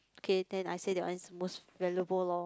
okay then I say that one is the most valuable loh